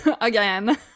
Again